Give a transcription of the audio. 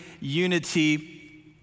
unity